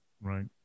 Right